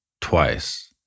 twice